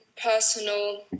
personal